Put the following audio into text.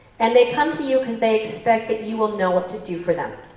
and they come to you because they expect that you will know what to do for them.